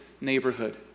neighborhood